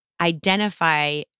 identify